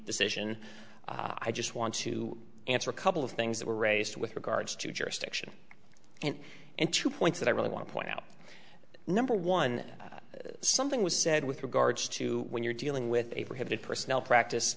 decision i just want to answer a couple of things that were raised with regards to jurisdiction and and two points that i really want to point out number one that something was said with regards to when you're dealing with paper headed personnel practice